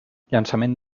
llançament